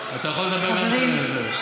אתה יכול לדבר עם קארין על זה.